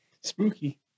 Spooky